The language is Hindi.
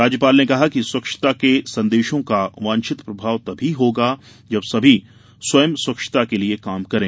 राज्यपाल ने कहा कि स्वच्छता के संदेशों का वांछित प्रभाव तभी होगाजब सभी स्वयं स्वच्छता के लिए काम करें